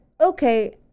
okay